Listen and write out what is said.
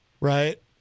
Right